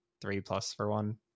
three-plus-for-one